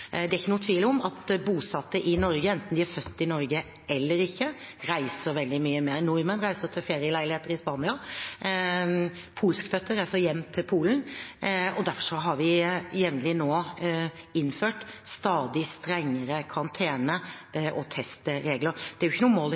Det er ingen tvil om at bosatte i Norge, enten de er født i Norge eller ikke, reiser veldig mye. Nordmenn reiser til ferieleiligheter i Spania; polskfødte reiser hjem til Polen. Derfor har vi nå jevnlig innført stadig strengere karantene- og testregler. Det er ikke noe mål i seg selv å forhindre reising, men det er